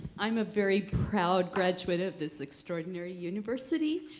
i'm a very proud graduate of this extraordinary university.